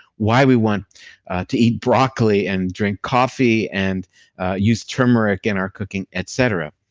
why we want to eat broccoli and drink coffee and use turmeric in our cooking, et cetera.